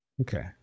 okay